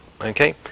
okay